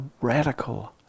radical